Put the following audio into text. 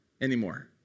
anymore